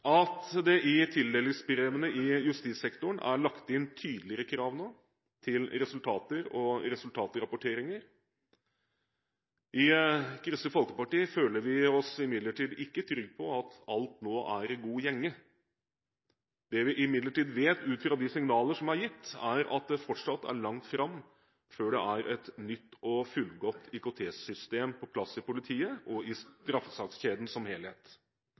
at det i tildelingsbrevene i justissektoren nå er lagt inn tydeligere krav til resultater og resultatrapporteringer. I Kristelig Folkeparti føler vi oss imidlertid ikke trygge på at alt nå er i god gjenge. Det vi imidlertid vet ut fra de signaler som er gitt, er at det fortsatt er langt fram før det er et nytt og fullgodt IKT-system på plass i politiet og i straffesakskjeden som helhet.